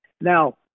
Now